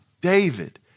David